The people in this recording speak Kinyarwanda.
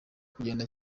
kugenda